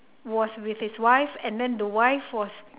was with his wife and then the wife was